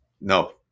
no